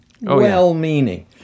well-meaning